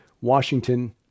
Washington